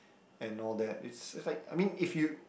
and all that is just like I mean if you